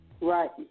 Right